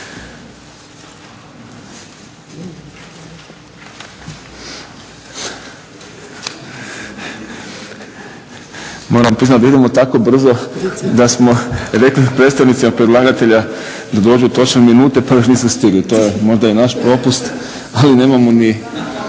Moram priznati da idemo tako brzo da smo rekli predstavnicima predlagatelja da dođu točno u minutu pa još nisu stigli. To je možda i naš propust ali nemamo mi